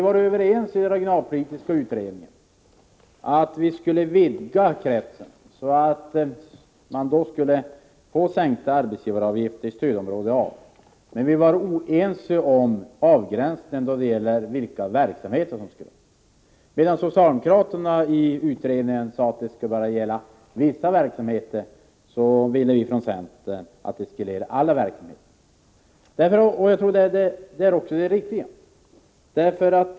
Vi var i regionalpolitiska utredningen överens om att man skulle vidga kretsen av kommuner som skulle få arbetsgivaravgiftssänkningar till att omfatta även kommuner i stödområde A, men vi var oense om avgränsningen beträffande de verksamheter som skulle beröras. Medan socialdemokraterna i utredningen menade att bara vissa verksamheter skulle beröras ville vi från centern att alla verksamheter skulle inkluderas. Jag tror också att det är det riktiga.